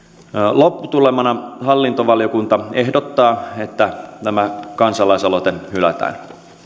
lopputulemana hallintovaliokunta ehdottaa että tämä kansalaisaloite hylätään